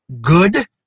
good